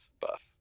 buff